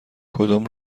کدام